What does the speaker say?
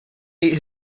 ate